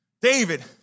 David